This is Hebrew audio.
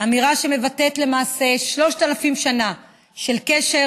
אמירה שמבטאת למעשה שלושת אלפים שנה של קשר